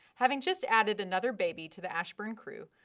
having just added another baby to the ashburn crew,